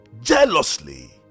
jealously